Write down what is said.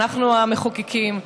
אנחנו המחוקקים.